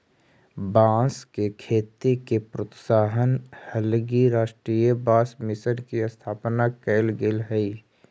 बाँस के खेती के प्रोत्साहन हलगी राष्ट्रीय बाँस मिशन के स्थापना कैल गेल हइ